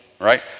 right